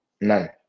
None